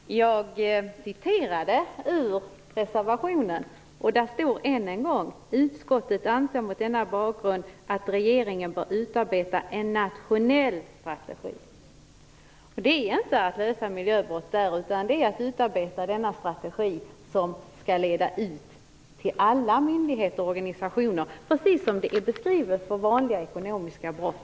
Herr talman! Jag citerade ur reservationen. Där står: "Utskottet anser mot denna bakgrund att regeringen bör utarbeta en nationell strategi -." Det är inte att lösa miljöbrott, utan det är att utarbeta denna strategi som skall leda ut till alla myndigheter och organisationer, precis som det är beskrivet när det gäller vanliga ekonomiska brott.